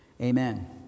Amen